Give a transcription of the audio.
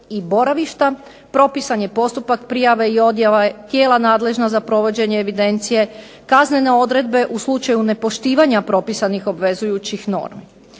i boravišta, propisan je postupak prijave i odjave tijela nadležna za provođenja evidencije, kaznene odredbe u slučaju nepoštivanja propisanih obvezujućih normi.